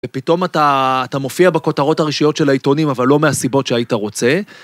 ופתאום אתה מופיע בכותרות הראשיות של העיתונים אבל לא מהסיבות שהיית רוצה.